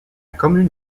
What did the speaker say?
commune